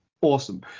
awesome